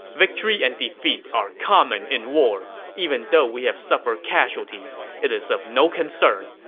victory and defeat are common in war. even though we have suffered casualties, it is of no concern.